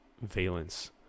valence